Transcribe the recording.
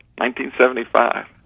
1975